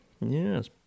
Yes